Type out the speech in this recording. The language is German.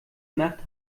nacht